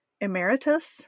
Emeritus